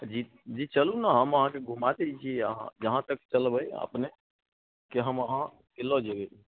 जी जी चलू ने हम अहाँकेँ घूमा दय छियै अहाँ जहाँ तक चलबै अपनेकेँ हम अहाँकेँ लऽ जयबै